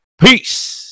Peace